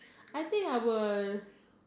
I think I will